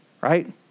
right